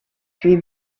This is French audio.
puis